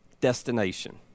destination